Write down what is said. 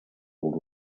old